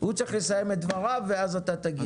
הוא צריך לסיים את דבריו ואז אתה תגיד.